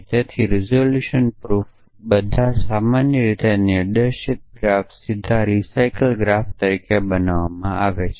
તેથી resolution proof બધાં સામાન્ય રીતે નિર્દેશિત ગ્રાફ સીધા રિસાયકલ ગ્રાફ તરીકે બતાવવામાં આવે છે